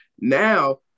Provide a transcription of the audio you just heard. Now